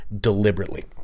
deliberately